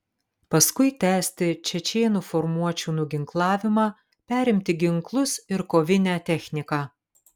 paskui tęsti čečėnų formuočių nuginklavimą perimti ginklus ir kovinę techniką